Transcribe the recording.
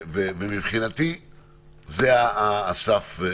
ומבחינתי זה הסף.